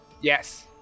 Yes